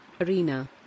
arena